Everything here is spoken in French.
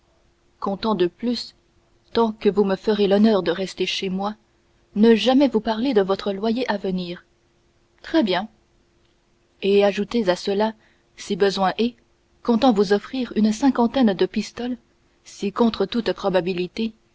comptant de plus tant que vous me ferez l'honneur de rester chez moi ne jamais vous parler de votre loyer à venir très bien et ajoutez à cela si besoin est comptant vous offrir une cinquantaine de pistoles si contre toute probabilité